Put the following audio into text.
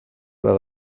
bat